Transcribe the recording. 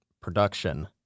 production